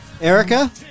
Erica